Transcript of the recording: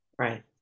right